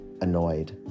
Annoyed